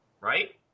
Right